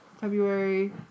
February